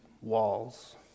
walls